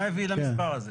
מה הביא למספר הזה?